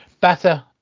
Better